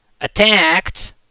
attacked